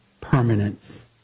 Permanence